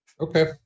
okay